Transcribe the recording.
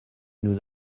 nous